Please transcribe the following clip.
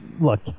Look